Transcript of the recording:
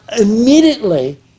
immediately